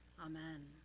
Amen